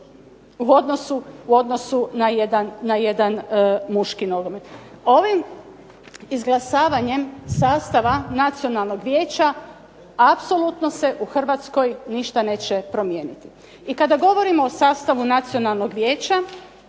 u odnosu na jedan muški nogomet. Ovim izglasavanjem sastava Nacionalnog vijeća apsolutno se u Hrvatskoj ništa neće promijeniti. I kada govorimo o sastavu Nacionalnog vijeća